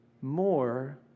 more